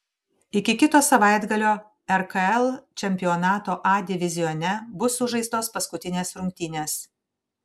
iki kito savaitgalio rkl čempionato a divizione bus sužaistos paskutinės rungtynės